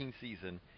season